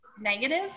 negative